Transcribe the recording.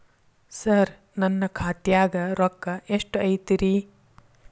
ಸರ ನನ್ನ ಖಾತ್ಯಾಗ ರೊಕ್ಕ ಎಷ್ಟು ಐತಿರಿ?